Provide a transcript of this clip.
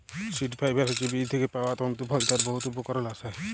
seed fibre হছে বীজ থ্যাইকে পাউয়া তল্তু ফল যার বহুত উপকরল আসে